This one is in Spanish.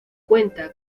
cuenta